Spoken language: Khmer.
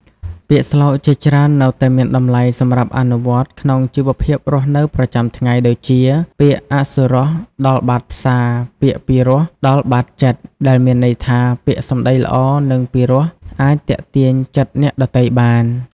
ពាក្យស្លោកជាច្រើននៅតែមានតម្លៃសម្រាប់អនុវត្តក្នុងជីវភាពរស់នៅប្រចាំថ្ងៃ ដូចជា "ពាក្យអសុរស ដល់បាតផ្សារ ពាក្យពីរោះ ដល់បាតចិត្ត" ដែលមានន័យថា ពាក្យសម្តីល្អ និងពីរោះអាចទាក់ទាញចិត្តអ្នកដទៃបាន។